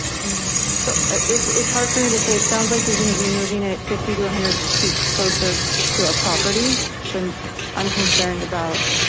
yeah, so it's it's hard for me to say. it sounds like you're going to be moving at fifty to a hundred feet closer to our property. so i'm concerned about.